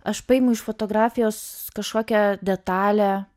aš paimu iš fotografijos kažkokią detalę